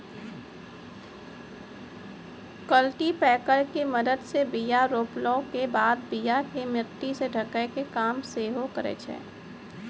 cultipacker के मदत से बीया रोपला के बाद बीया के मट्टी से ढकै के काम सेहो करै छै